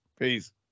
Peace